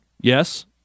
yes